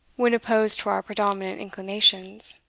when opposed to our predominant inclinations.